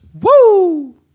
Woo